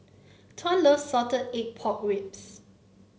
Tuan loves Salted Egg Pork Ribs